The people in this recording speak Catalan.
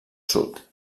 sud